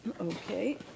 okay